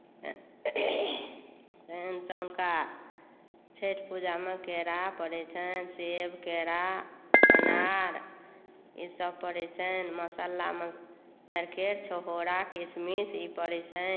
तहन सँ हुनका छठि पूजामे केरा परै छनि सेब केरा अनार ई सभ परै छनि मसलामे नारिकेर छुआरा किसमिस ई परै छनि